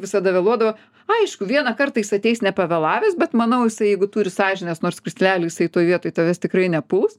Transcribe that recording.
visada vėluodavo aišku vieną kartą jis ateis nepavėlavęs bet manau jeigu turi sąžinės nors krislelį jisai toj vietoj tavęs tikrai nepuls